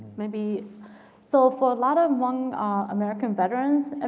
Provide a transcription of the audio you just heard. maybe so for a lot of hmong american veterans, ah